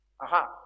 aha